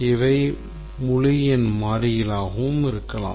இவை முழுஎண் மாறிகளாகவும் இருக்கலாம்